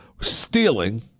Stealing